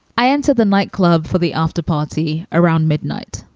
i enter the nightclub for the afterparty around midnight,